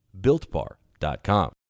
BuiltBar.com